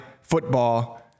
football